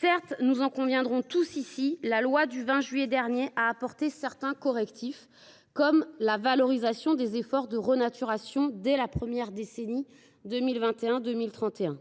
Certes – nous en conviendrons tous ici –, la loi du 20 juillet dernier a apporté certains correctifs. Je pense à la valorisation des efforts de renaturation dès la décennie 2021 2031,